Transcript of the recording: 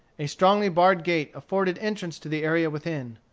a strongly barred gate afforded entrance to the area within.